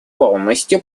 полностью